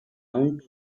down